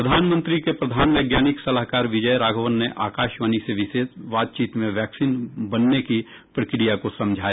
प्रधानमंत्री के प्रधान वैज्ञानिक सलाहकार विजय राघवन ने आकाशवाणी से विशेष बातचीत में वैक्सिन बनने की प्रक्रिया को समझाया